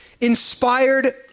inspired